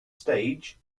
stage